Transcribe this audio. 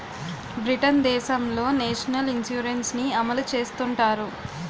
Britain దేశంలో national insurance ని అమలు చేస్తుంటారు